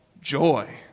joy